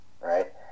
Right